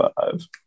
five